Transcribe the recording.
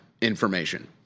information